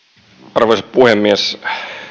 arvoisa puhemies